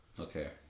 Okay